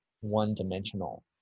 one-dimensional